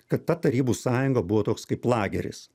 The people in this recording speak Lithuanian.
kad ta tarybų sąjunga buvo toks kaip lageris